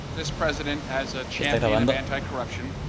this president, as a champion of anticorruption,